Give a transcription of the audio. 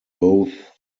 both